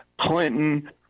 Clinton